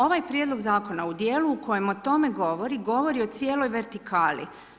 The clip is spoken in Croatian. Ovaj Prijedlog Zakona u dijelu u kojem o tome govori, govori o cijeloj vertikali.